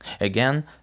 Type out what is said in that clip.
Again